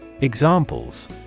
Examples